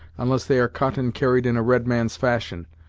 unless they are cut and carried in a red man's fashion,